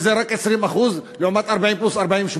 זה רק 20% לעומת 40 פלוס 40,